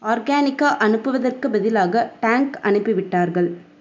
ஆர்கானிகா அனுப்புவதற்கு பதிலாக டேங் அனுப்பிவிட்டார்கள்